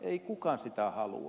ei kukaan sitä halua